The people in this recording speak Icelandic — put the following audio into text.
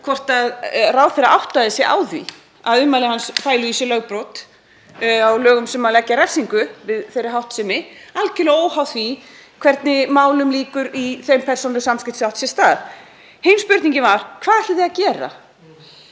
hvort ráðherra áttaði sig á því að ummæli hans fælu í sér lögbrot, brot á lögum sem leggja refsingu við þeirri háttsemi, algerlega óháð því hvernig málum lýkur í þeim persónulegu samskiptum sem áttu sér stað. Hin spurningin var: Hvað ætlið þið að gera?